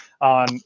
on